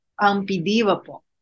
unbelievable